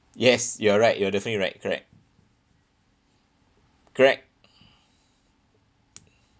yes you are right you're definitely right correct correct